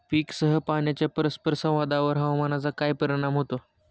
पीकसह पाण्याच्या परस्पर संवादावर हवामानाचा काय परिणाम होतो?